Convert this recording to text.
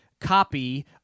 copy